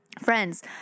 friends